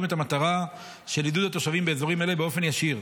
את המטרה של עידוד התושבים באזורים אלה באופן ישיר.